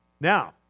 Now